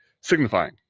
signifying